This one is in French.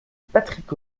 patrick